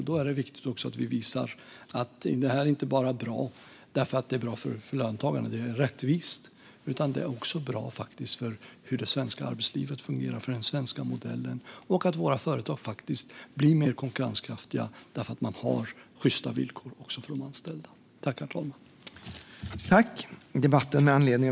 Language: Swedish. Då är det viktigt att vi visar att detta inte bara är bra och rättvist för löntagarna utan också bra för hur det svenska arbetslivet och den svenska modellen fungerar: Våra företag blir mer konkurrenskraftiga för att de har sjysta villkor för de anställda.